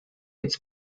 its